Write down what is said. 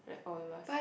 like all of us